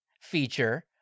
feature